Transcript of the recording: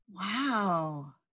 Wow